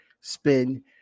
spend